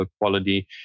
quality